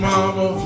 Mama